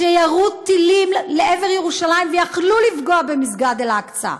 שירו טילים לעבר ירושלים ויכלו לפגוע במסגד אל-אקצא,